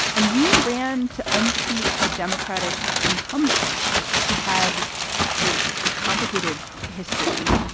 and you ran to unseat a democratic incumbent who had this complicated history.